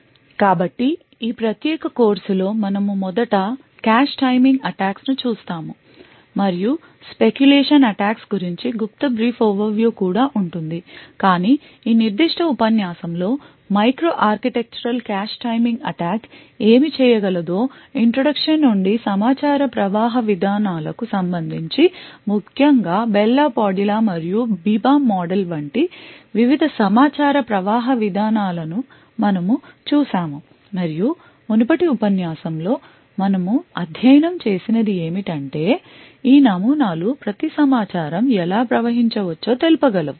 కాబట్టి ఈ ప్రత్యేక కోర్సులో మనము మొదట కాష్ టైమింగ్ అటాక్క్స్ ను చూస్తాము మరియు స్పెక్యులేషన్ అటాక్క్స్ గురించి గుప్త బ్రీఫ్ ఓవర్వ్యూ కూడా ఉంటుంది కాని ఈ నిర్దిష్ట ఉపన్యాసంలో micro architectural cache timing attack ఏమి చేయగలదో ఇంట్రడక్షన్ ఉండి సమాచార ప్రవాహ విధానాలకు సంబంధించి ముఖ్యంగా బెల్ లా పాడులా మరియు BIBA మోడల్ వంటి వివిధ సమాచార ప్రవాహ విధానాల ను మనము చూశాము మరియు మునుపటి ఉపన్యాసంలో మనము అధ్యయనం చేసినది ఏమిటంటే ఈ నమూనాలు ప్రతి సమాచారం ఎలా ప్రవహించవచ్చో తెలుపగలవు